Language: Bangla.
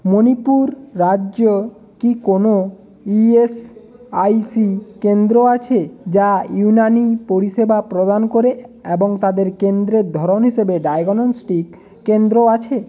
মণিপুর রাজ্য কি কোনো ইএসআইসি কেন্দ্র আছে যা ইউনানি পরিষেবা প্রদান করে অ্যাবং তাদের কেন্দ্রের ধরন হিসেবে ডায়াগনস্টিক কেন্দ্র আছে